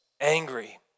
angry